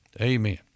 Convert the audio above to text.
Amen